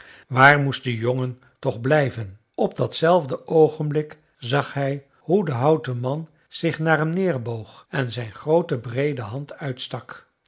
waar moest de jongen toch blijven op datzelfde oogenblik zag hij hoe de houten man zich naar hem neerboog en zijn groote breede hand uitstak